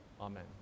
amen